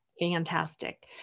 Fantastic